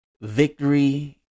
Victory